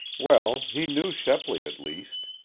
well, he knew shepley, at least.